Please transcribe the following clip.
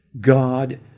God